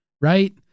right